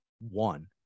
one